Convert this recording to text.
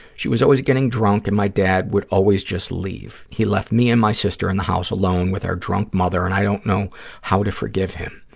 she was always getting drunk and my dad would always just leave. he left me and my sister in the house alone with our drunk mother, and i don't know how to forgive him.